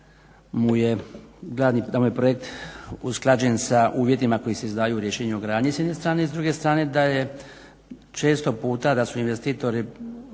je projekt usklađen sa uvjetima koji se izdaju u rješenju o gradnji s jedne strane i s druge strane da je često puta, da su investitori